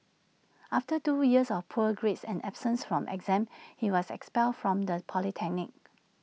after two years of poor grades and absence from exams he was expelled from the polytechnic